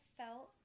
felt